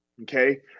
Okay